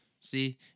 See